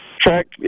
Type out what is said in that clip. Track